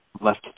left